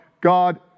God